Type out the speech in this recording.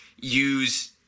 use